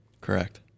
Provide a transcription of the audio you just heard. correct